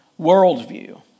worldview